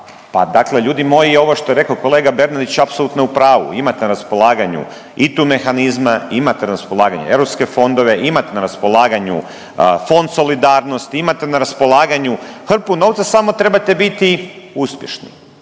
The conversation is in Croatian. pa dakle ljudi moji ovo što je rekao kolega Bernardić apsolutno je u pravu. Imate na raspolaganju ITU mehanizme, imate na raspolaganju europske fondove, imate na raspolaganju Fond solidarnosti, imate na raspolaganju hrpu novca samo trebate biti uspješni,